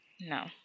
No